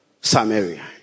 Samaria